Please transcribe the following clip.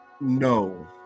no